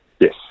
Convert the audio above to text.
Yes